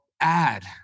add